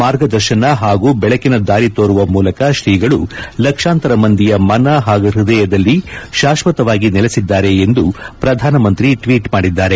ಮಾರ್ಗದರ್ಶನ ಹಾಗೂ ಬೆಳಕಿನ ದಾರಿ ತೋರುವ ಮೂಲಕ ಶ್ರೀಗಳು ಲಕ್ಷಾಂತರ ಮಂದಿಯ ಮನ ಹಾಗೂ ಹ್ವದಯದಲ್ಲಿ ಶಾಶ್ಯತವಾಗಿ ನೆಲೆಸಿದ್ದಾರೆ ಎಂದು ಪ್ರಧಾನಮಂತ್ರಿ ಟ್ವೀಟ್ ಮಾಡಿದ್ದಾರೆ